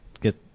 get